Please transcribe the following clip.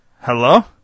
Hello